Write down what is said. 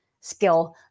skill